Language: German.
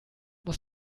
muss